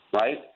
Right